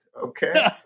Okay